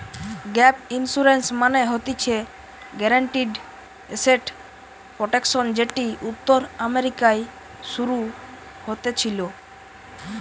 gap insurance মানে হতিছে guaranteed asset protection যেটি উত্তর আমেরিকায় শুরু হতেছিলো